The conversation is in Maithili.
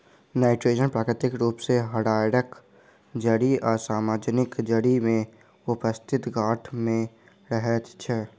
नाइट्रोजन प्राकृतिक रूप सॅ राहैड़क जड़ि आ सजमनिक जड़ि मे उपस्थित गाँठ मे रहैत छै